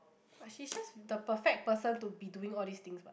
but she's just the perfect person to be doing all these things what